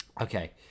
okay